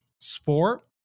sport